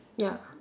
ya